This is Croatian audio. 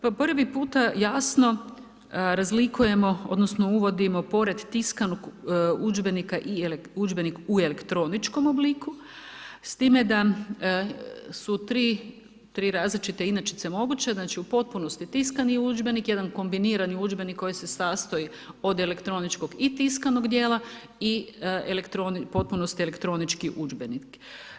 Prvi puta jasno razlikujemo odnosno uvodimo pored tiskanog udžbenika i udžbenik u elektroničkom obliku, s time da su tri različite inačice moguće, znači u potpunosti tiskani udžbenik, jedan kombinirani udžbenik koji se sastoji od elektroničkog i tiskanog dijela i potpuno elektronički udžbenik.